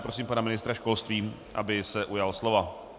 Prosím pana ministra školství, aby se ujal slova.